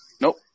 Nope